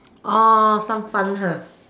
oh some fun